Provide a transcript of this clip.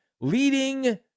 leading